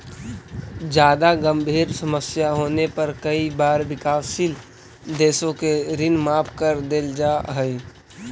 जादा गंभीर समस्या होने पर कई बार विकासशील देशों के ऋण माफ कर देल जा हई